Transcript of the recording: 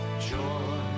joy